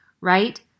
right